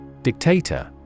Dictator